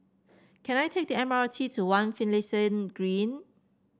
can I take the M R T to One Finlayson Green